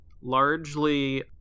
largely